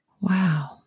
Wow